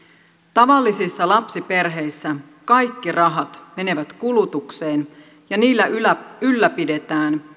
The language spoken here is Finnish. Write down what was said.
tavallisissa lapsiperheissä kaikki rahat menevät kulutukseen ja niillä ylläpidetään